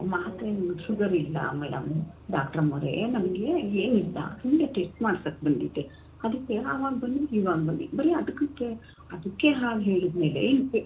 ಮಾತ್ರೆನೂ sugar ಇಲ್ಲ madam doctor ಅಮ್ಮಾವ್ರೇ ನಮಗೆ ಏನಿಲ್ಲ ಸುಮ್ಮನೆ ಟೆಸ್ಟ್ ಮಾಡ್ಸಕ್ಕೆ ಬಂದಿದ್ದೆ ಅದಕ್ಕೆ ಆವಾಗ ಬನ್ನಿ ಇವಾಗ ಬನ್ನಿ ಬರಿ ಅದಕ್ಕೆ ಅದಕ್ಕೆ ಹಾಗೆ ಹೇಳಿದ ಮೇಲೆ ಇನ್ನು ಬೆ